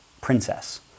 princess